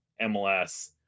MLS